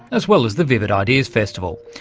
as well as the vivid ideas festival.